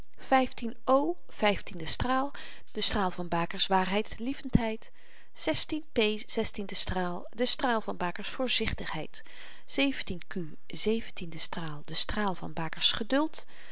vyftiende straal de straal van baker's waarheidlievendheid p zestiende straal de straal van baker's voorzichtigheid q zeventiende straal de straal van baker's geduld